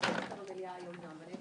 ראה